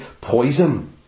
Poison